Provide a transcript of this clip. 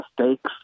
mistakes